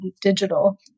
digital